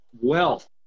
wealth